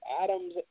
Adams